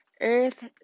Earth